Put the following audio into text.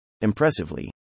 Impressively